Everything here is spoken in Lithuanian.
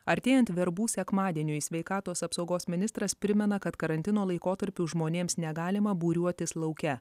artėjant verbų sekmadieniui sveikatos apsaugos ministras primena kad karantino laikotarpiu žmonėms negalima būriuotis lauke